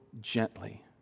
gently